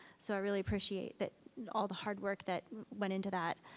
so i really appreciate that all the hard work that went into that.